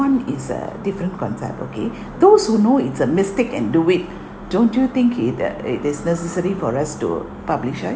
one is a different concept okay those who know it's a mistake and do it don't you think it uh it is necessary for us to publicise